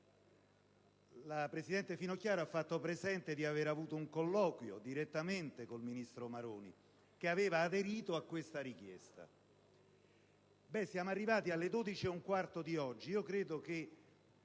La presidente Finocchiaro ha fatto presente di aver avuto un colloquio direttamente con il ministro Maroni, che aveva aderito a tale richiesta. Ebbene, siamo arrivati alle ore 12,15 di oggi,